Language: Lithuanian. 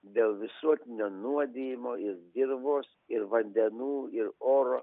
dėl visuotinio nuodijimo ir dirvos ir vandenų ir oro